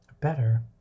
better